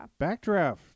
Backdraft